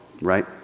right